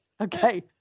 Okay